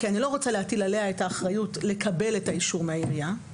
כי אני רוצה להטיל עליה את האחריות לקבל את האישור מהעירייה,